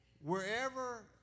Wherever